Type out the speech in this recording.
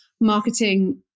marketing